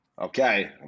Okay